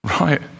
Right